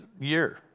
year